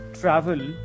travel